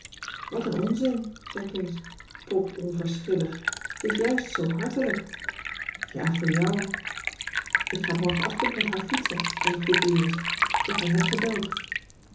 wat een onzin zei kees pop onverschillig ze is juist zoo hartelijk cissy van marxveldt de h b s tijd van joop ter heul ja voor jou ik ga morgenochtend met haar fietsen als t goed weer is k heb haar net gebeld